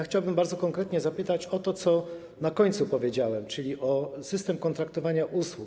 Chciałbym bardzo konkretnie zapytać o to, o czym na końcu powiedziałem, czyli o system kontraktowania usług.